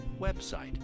website